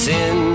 Sin